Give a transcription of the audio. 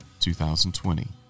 2020